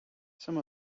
some